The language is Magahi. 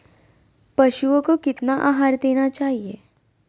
पशुओं को कितना आहार देना चाहि?